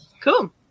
Cool